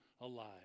alive